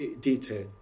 detail